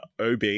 OB